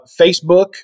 Facebook